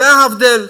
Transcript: זה ההבדל.